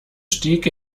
stieg